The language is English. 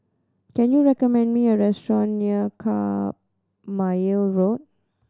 can you recommend me a restaurant near Carpmael Road